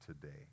today